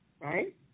right